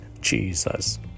Jesus